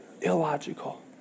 illogical